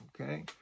Okay